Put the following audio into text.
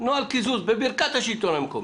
נוהל קיזוז בברכת השלטון המקומי.